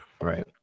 Right